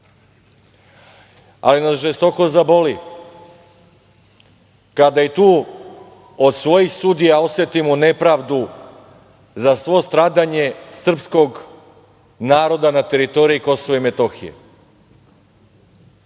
ali nas žestoko zaboli kada i tu od svojih sudija osetimo nepravdu za svo stradanje srpskog naroda na teritoriji Kosova i Metohije. Sudija